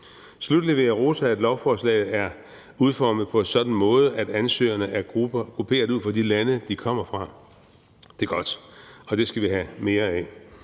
vil jeg rose, at lovforslaget er udformet på en sådan måde, at ansøgerne er grupperet ud fra de lande, de kommer fra. Det er godt. Og det skal vi have mere af.